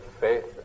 faith